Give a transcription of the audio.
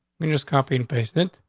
i mean just copy and paste int.